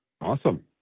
Awesome